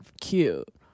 cute